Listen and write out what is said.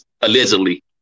allegedly